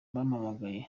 bampamagaye